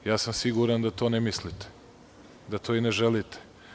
Ja sam siguran da to ne mislite, da to i ne želite.